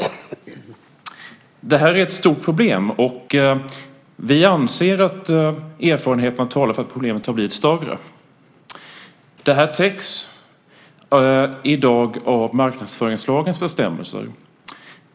Detta är ett stort problem. Vi anser att erfarenheterna talar för att problemet har blivit större. I dag täcks det här av marknadsföringslagens bestämmelser.